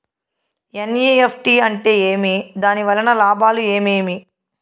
NEFT అంటే ఏమి? దాని వలన లాభాలు ఏమేమి